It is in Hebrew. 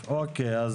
בדיון הקודם